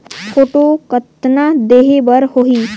Photo कतना देहें बर होहि?